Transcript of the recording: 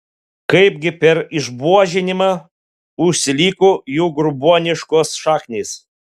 kaipgi per išbuožinimą užsiliko jų grobuoniškos šaknys